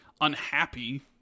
unhappy